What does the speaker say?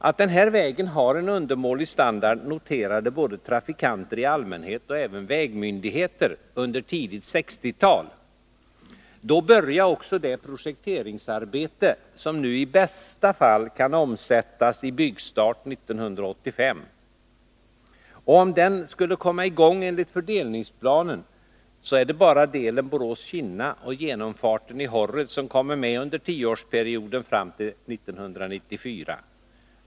Att den här vägen har en undermålig standard noterade både trafikanter i allmänhet och även vägmyndigheter under tidigt 1960-tal. Då började också det projekteringsarbete som nu i bästa fall kan omsättas i byggstart 1985. Och om arbetet med vägen skulle kunna komma i gång enligt fördelningsplanen så är det bara delen Borås-Kinna och genomfarten i Horred som kommer med under tioårsperioden fram till 1994.